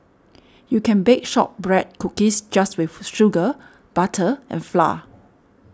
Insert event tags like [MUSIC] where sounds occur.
you can bake Shortbread Cookies just with [UNINTELLIGIBLE] sugar butter and flour